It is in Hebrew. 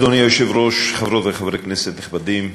אדוני היושב-ראש, חברות וחברי כנסת נכבדים,